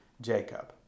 Jacob